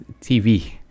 TV